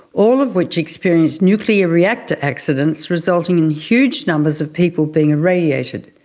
all of which experienced nuclear reactor accidents resulting in huge numbers of people being irradiated.